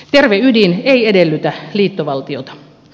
terve ydin ei edellytä liittovaltiota